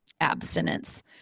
abstinence